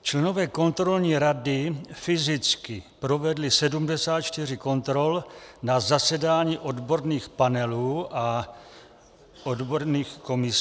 Členové kontrolní rady fyzicky provedli 74 kontrol na zasedání odborných panelů a odborných komisí.